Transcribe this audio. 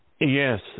Yes